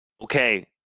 Okay